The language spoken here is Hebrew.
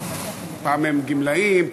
פעם הם גמלאים,